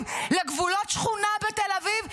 לגבולות שכונה בתל אביב,